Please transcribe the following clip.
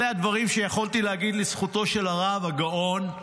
אלה הדברים שיכולתי להגיד לזכותו של הרב הגאון.